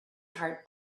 heart